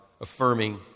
affirming